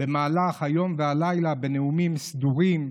במהלך היום והלילה בנאומים סדורים,